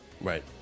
Right